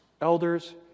Elders